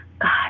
God